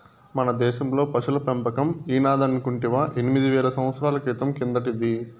మన దేశంలో పశుల పెంపకం ఈనాటిదనుకుంటివా ఎనిమిది వేల సంవత్సరాల క్రితం కిందటిది